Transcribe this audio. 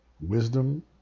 wisdom